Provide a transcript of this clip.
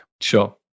Sure